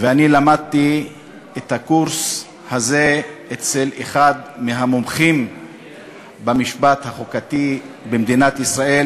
ואת הקורס הזה למדתי אצל אחד המומחים במשפט החוקתי במדינת ישראל,